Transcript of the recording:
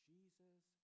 Jesus